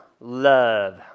love